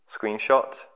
Screenshot